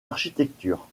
architecture